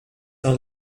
are